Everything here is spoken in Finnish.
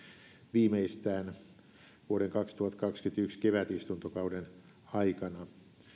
viimeistään vuoden kaksituhattakaksikymmentäyksi kevätistuntokauden aikana